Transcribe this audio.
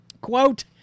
Quote